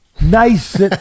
Nice